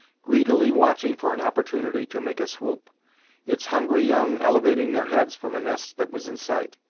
greedily watching for an opportunity to make a swoop its hungry young elevating their heads from a nest that was in sight,